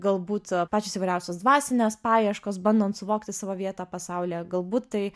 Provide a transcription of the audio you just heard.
galbūt pačios įvairiausios dvasinės paieškos bandant suvokti savo vietą pasaulyje galbūt tai